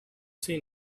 seen